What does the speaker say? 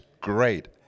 great